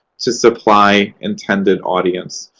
to supply intended audience.